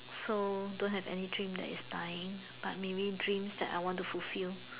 so don't have any dream that is dying but maybe dreams that I want to fulfill